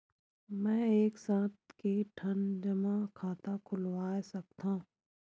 मैं एक साथ के ठन जमा खाता खुलवाय सकथव?